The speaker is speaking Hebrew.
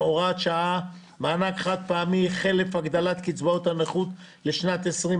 הוראת שעה) (מענק חד-פעמי חלף הגדלת קצבאות הנכות לשנת 2020)